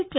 L I